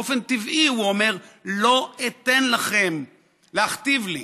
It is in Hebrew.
באופן טבעי הוא אומר: לא אתן לכם להכתיב לי,